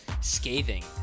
scathing